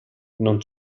non